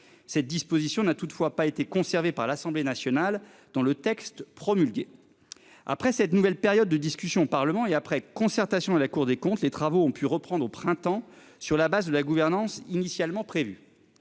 Cette disposition n'a toutefois pas été conservé par l'Assemblée nationale dans le texte promulgué. Après cette nouvelle période de discussion au Parlement et après concertation et la Cour des comptes. Les travaux ont pu reprendre au printemps sur la base de la gouvernance initialement prévue.